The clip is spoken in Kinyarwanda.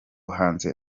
hanze